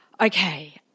Okay